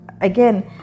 again